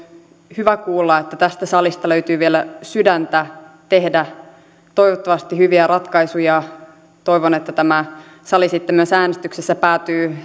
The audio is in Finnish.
hyvä kuulla että tästä salista löytyy vielä sydäntä tehdä toivottavasti hyviä ratkaisuja toivon että tämä sali sitten myös äänestyksessä päätyy